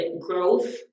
growth